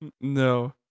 no